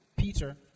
Peter